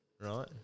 Right